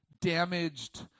damaged